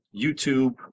YouTube